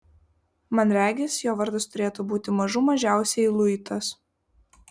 man regis jo vardas turėtų būti mažų mažiausiai luitas